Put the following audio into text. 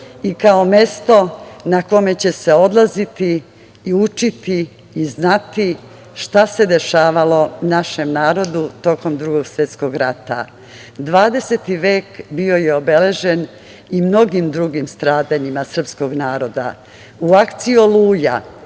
i kao mesto na koje će odlaziti, i učiti, i znati šta se dešavalo našem narodu tokom Drugog svetskog rata. Dvadeseti vek bio je obeležen i mnogim drugim stradanjima srpskog naroda. U akciji „Oluja“